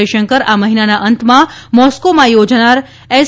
જયશંકર આ મહિનાના અંતમાં મોસ્કોમાં યોજાનાર એસ